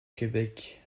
québec